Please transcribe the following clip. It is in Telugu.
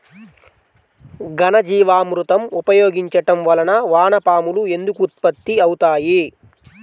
ఘనజీవామృతం ఉపయోగించటం వలన వాన పాములు ఎందుకు ఉత్పత్తి అవుతాయి?